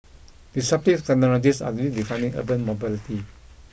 disruptive technologies are redefining urban mobility